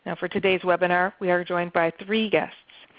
and for today's webinar we are joined by three guests.